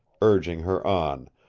urging her on,